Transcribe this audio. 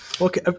okay